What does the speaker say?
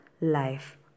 life